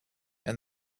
and